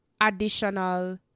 additional